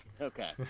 Okay